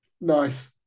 Nice